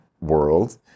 world